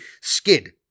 skid